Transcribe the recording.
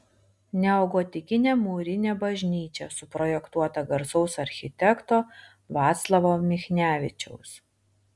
neogotikinė mūrinė bažnyčia suprojektuota garsaus architekto vaclovo michnevičiaus